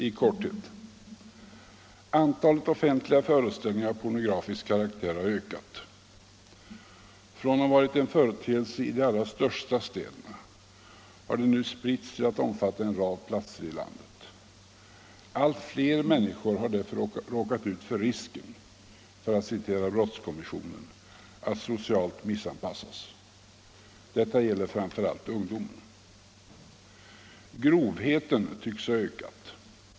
I korthet: Antalet offentliga föreställningar av pornografisk karaktär har ökat. Från att ha varit en företeelse i de allra största städerna har de nu spritts till att omfatta en rad platser i landet. Allt fler människor har därför råkat ut för risken — för att citera brottskommissionen — att socialt missanpassas. Detta gäller framför allt ungdomen. Grovheten tycks ha ökat.